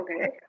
Okay